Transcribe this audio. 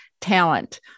talent